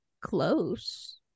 close